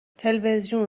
تلویزیون